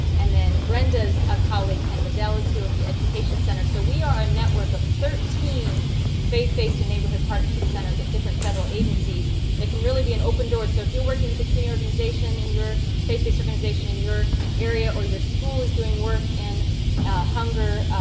and then brenda's ah colleague ken bedel is here with the education center. so we are a network of thirteen faith-based and neighborhood partnership centers at different federal agencies that can really be an open door. so if you're working with the community organization in your faith-based organization in your area or your school is doing work in hunger,